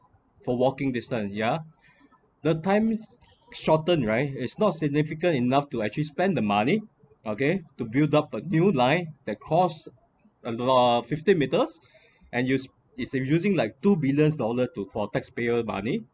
for walking distance ya the times shorten right is not significant enough to actually spend the money okay to build up a new line that costs uh fifty meters and use is using like two billion dollar to for taxpayers' money